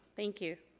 thank you.